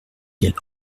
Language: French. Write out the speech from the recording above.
quelle